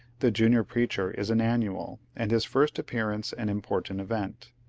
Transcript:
the junior preacher is an annual, and his first appearance an im portant event.